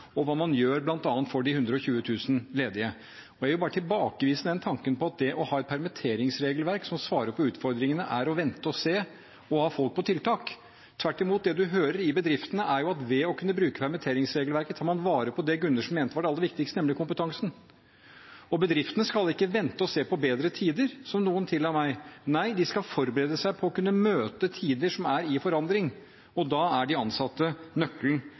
og hva man gjør bl.a. for de 120 000 ledige. Jeg vil tilbakevise den tanken at det å ha et permitteringsregelverk som svarer på utfordringene, er å vente og se og ha folk på tiltak – tvert imot. Det man hører i bedriftene, er at ved å kunne bruke permitteringsregelverket tar man vare på det Gundersen mente var det aller viktigste, nemlig kompetansen. Og bedriftene skal ikke vente og se på bedre tider, som noen tilla meg. Nei, de skal forberede seg på å kunne møte tider som er i forandring, og da er de ansatte nøkkelen